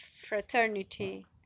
fraternity